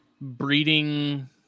breeding